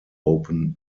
open